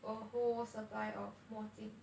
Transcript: a whole supply of 墨镜